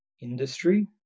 industry